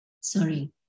Sorry